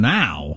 now